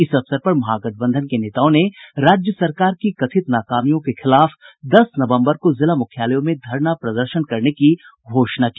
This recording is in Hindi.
इस अवसर पर महागठबंधन के नेताओं ने राज्य सरकार की कथित नाकामियों के खिलाफ दस नवम्बर को जिला मुख्यालयों में धरना प्रदर्शन करने की घोषणा की